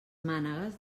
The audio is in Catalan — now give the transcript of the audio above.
mànegues